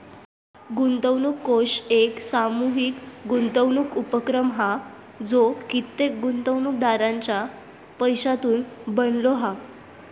गुंतवणूक कोष एक सामूहीक गुंतवणूक उपक्रम हा जो कित्येक गुंतवणूकदारांच्या पैशासून बनलो हा